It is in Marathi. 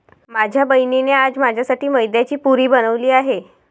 माझ्या बहिणीने आज माझ्यासाठी मैद्याची पुरी बनवली आहे